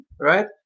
Right